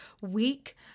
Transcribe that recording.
week